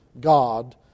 God